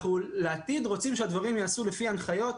לעתיד אנחנו רוצים שהדברים ייעשו לפי הנחיות,